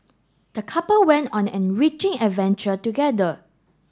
the couple went on enriching adventure together